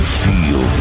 feel